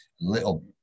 little